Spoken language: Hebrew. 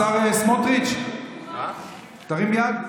השר סמוטריץ' נמצא כאן.